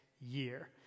year